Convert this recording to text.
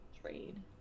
Trade